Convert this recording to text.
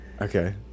Okay